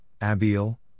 Abiel